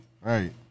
Right